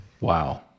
Wow